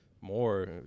more